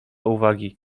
uwagi